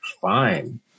Fine